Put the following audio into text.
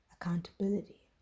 accountability